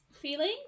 feeling